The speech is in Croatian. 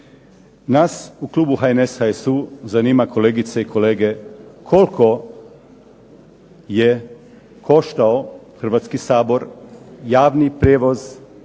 Nas u klubu HNS, HSU zanima kolegice i kolege koliko je koštao Hrvatski sabor javni prijevoz